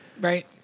Right